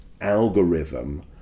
algorithm